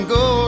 go